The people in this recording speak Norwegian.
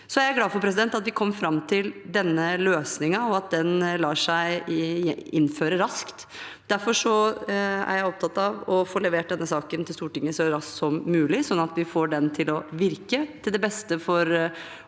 Jeg er glad for at vi kom fram til denne løsningen, og at den lar seg innføre raskt. Derfor er jeg opptatt av å få levert denne saken til Stortinget så raskt som mulig, sånn at vi får den til å virke til det beste for